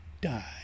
die